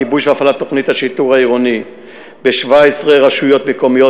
גיבוי של הפעלת תוכנית השיטור העירוני ב-17 רשויות מקומיות,